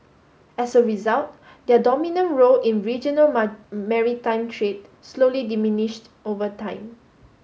as a result their dominant role in regional maritime trade slowly diminished over time